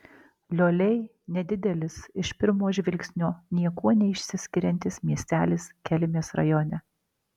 lioliai nedidelis iš pirmo žvilgsnio niekuo neišsiskiriantis miestelis kelmės rajone